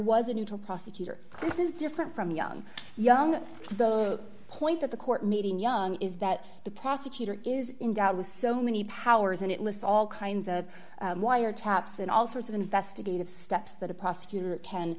was a neutral prosecutor this is different from young young the point of the court meeting young is that the prosecutor is in doubt was so many powers and it lists all kinds of wire taps and all sorts of investigative steps that a prosecutor can